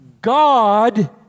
God